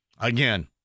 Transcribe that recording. Again